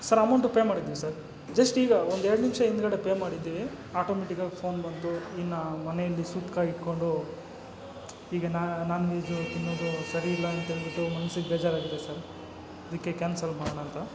sir amount pay ಮಾಡಿದೀವಿ sir just ಈಗ ಒಂದು ಎರಡು ನಿಮಿಷ ಹಿಂದ್ಗಡೆ ಪೇ ಮಾಡಿದ್ದಿವಿ ಆಟೋಮೆಟಿಕಾಗಿ ಫೋನ್ ಬಂತು ಇನ್ನು ಮನೆಯಲ್ಲಿ ಸೂತಕ ಇಟ್ಕೊಂಡು ಈಗ ನಾನ್ ವೆಜ್ಜು ತಿನ್ನೋದು ಸರಿ ಇಲ್ಲ ಅಂತೇಳ್ಬಿಟ್ಟು ಮನ್ಸಿಗೆ ಬೇಜಾರಾಗಿದೆ ಸರ್ ಅದಕ್ಕೆ ಕ್ಯಾನ್ಸಲ್ ಮಾಡೋಣ ಅಂತ